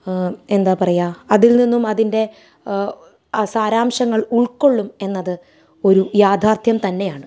എന്താ പറയാ അതിൽ നിന്നും അതിൻ്റെ സാരാംശങ്ങൾ ഉൾക്കൊള്ളും എന്നത് ഒരു യാഥാർഥ്യം തന്നെയാണ്